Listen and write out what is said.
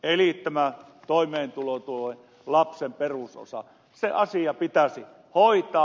eli tämä toimeentulotuen lapsen perusosaa koskeva asia pitäisi hoitaa